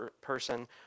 person